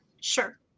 Sure